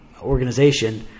organization